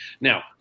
Now